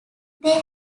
they